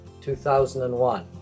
2001